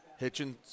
Hitchens